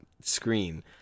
screen